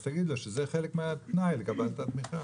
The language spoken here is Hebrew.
אז תגיד לו שזה חלק מן התנאי לקבלת התמיכה.